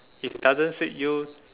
it does not suit you